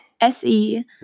SE